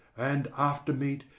and, after meat,